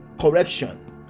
correction